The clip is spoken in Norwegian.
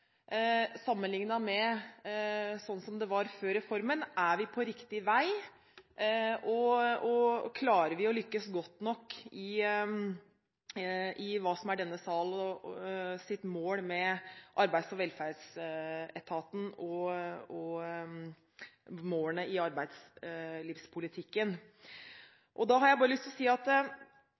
som kanskje er det viktigste politiske spørsmålet: Blir det bedre i Nav nå enn før? Sammenlignet med slik det var før reformen, er vi på riktig vei? Klarer vi å lykkes godt nok med å nå det som er målet i denne sal når det gjelder arbeids- og velferdsetaten, og målene i arbeidslivspolitikken?